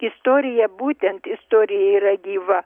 istorija būtent istorija yra gyva